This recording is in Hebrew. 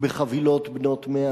בחבילות בנות 100,